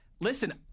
Listen